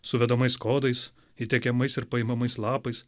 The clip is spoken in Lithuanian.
su vedamais kodais įteikiamais ir paimamais lapais